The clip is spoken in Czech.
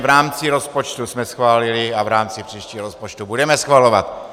V rámci rozpočtu jsme schválili a v rámci příštího rozpočtu budeme schvalovat.